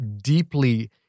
deeply